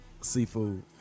Seafood